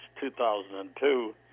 2002